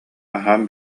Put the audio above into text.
аһаан